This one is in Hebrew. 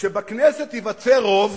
שבכנסת ייווצר רוב